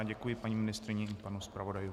Děkuji paní ministryni i panu zpravodaji.